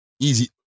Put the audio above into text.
easy